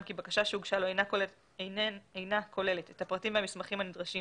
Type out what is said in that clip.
כי בקשה שהוגשה לו אינה כוללת את הפרטים והמסמכים הנדרשים